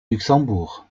luxembourg